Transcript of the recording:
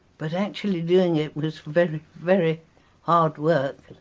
but actually doing it was very, very hard work,